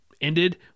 ended